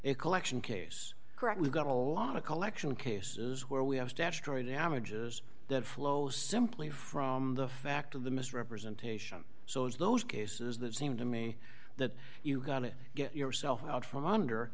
a collection case correct we've got a lot of collection cases where we have statutory damages that flow simply from the fact of the misrepresentation so it's those cases that seem to me that you've got to get yourself out from under